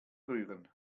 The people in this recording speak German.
rühren